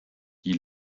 die